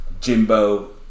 Jimbo